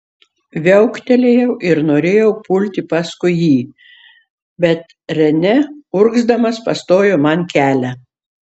viauktelėjau ir norėjau pulti paskui jį bet renė urgzdamas pastojo man kelią